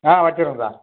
ஆ வச்சுடுருங்க சார்